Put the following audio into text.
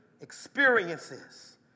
experiences